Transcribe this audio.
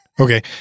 okay